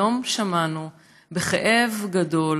היום שמענו בכאב גדול